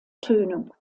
tönung